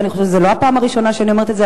ואני חושבת שזו לא הפעם הראשונה שאני אומרת את זה,